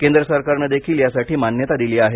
केंद्र सरकारनं देखील यासाठी मान्यता दिली आहे